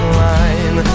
line